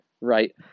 right